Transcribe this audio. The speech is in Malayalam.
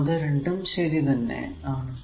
അത് രണ്ടും ശരി തന്നെ ആണ്